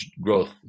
growth